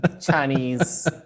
Chinese